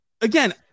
Again